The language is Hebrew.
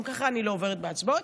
גם ככה אני לא עוברת בהצבעות.